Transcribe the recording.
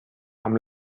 amb